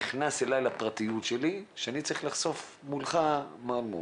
נכנס אליי לפרטיות שלי שאני צריך לחשוף מולך מה מו.